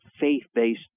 faith-based